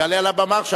יעלה על הבימה עכשיו,